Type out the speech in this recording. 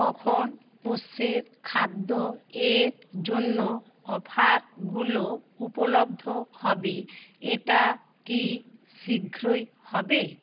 কখন পোষ্যের খাদ্যের জন্য অফারগুলো উপলব্ধ হবে এটা কি শীঘ্রই হবে